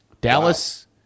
Dallas